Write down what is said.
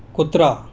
कुत्रा